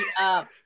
up